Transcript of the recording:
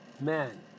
man